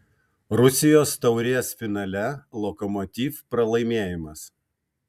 rusijos taurės finale lokomotiv pralaimėjimas